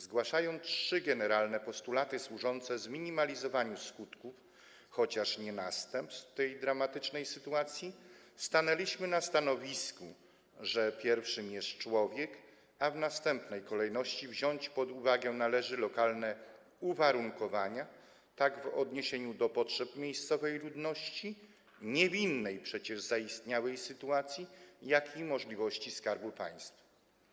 Zgłaszając trzy generalne postulaty służące zminimalizowaniu skutków, chociaż nie następstw, tej dramatycznej sytuacji, stanęliśmy na stanowisku, że pierwszy jest człowiek, a w następnej kolejności wziąć pod uwagę należy lokalne uwarunkowania, tak w odniesieniu do potrzeb miejscowej ludności, niewinnej przecież zaistniałej sytuacji, jak i w odniesieniu do możliwości Skarbu Państwa.